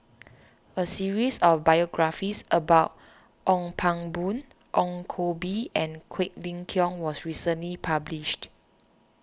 a series of biographies about Ong Pang Boon Ong Koh Bee and Quek Ling Kiong was recently published